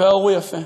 והאור הוא יפה.